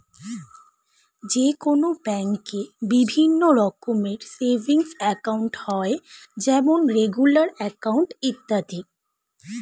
যে কোনো ব্যাঙ্কে বিভিন্ন রকমের সেভিংস একাউন্ট হয় যেমন রেগুলার অ্যাকাউন্ট, ইত্যাদি